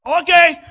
Okay